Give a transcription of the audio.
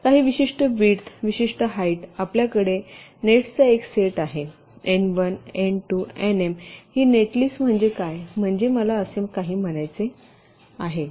काही विशिष्ट विड्थ विशिष्ट हाईट आपल्याकडे नेट्सचा एक सेट आहे एन 1 एन 2 एनएम ही नेट लिस्ट म्हणजे काय म्हणजे मला असे काही म्हणायचे आहे